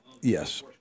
yes